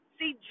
see